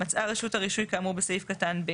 מצאה רשות הרישוי כאמור בסעיף קטן (ב),